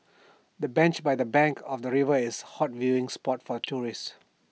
the bench by the bank of the river is A hot viewing spot for tourists